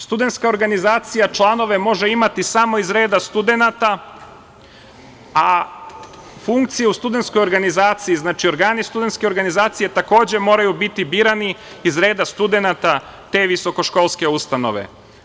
Studentska organizacija članove može imati samo iz reda studenata, a funkcije u studentskoj organizaciji, znači organi studentske organizacije takođe moraju biti birani iz reda studenata te visokoškolske ustanove.